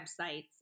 websites